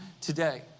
today